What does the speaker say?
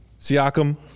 siakam